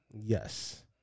Yes